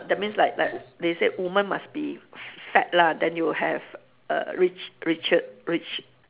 that means like like they say woman must be f~ fat lah then you have err rich riche~ rich